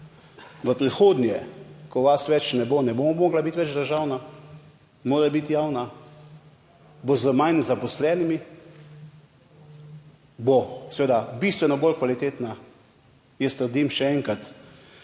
v prihodnje, ko vas več ne bo, ne bo mogla biti več državna, mora biti javna, bo z manj zaposlenimi, bo seveda bistveno bolj kvalitetna. Jaz trdim, še enkrat,